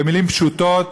במילים פשוטות,